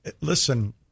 listen